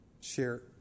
share